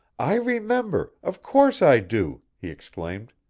i remember, of course i do! he exclaimed.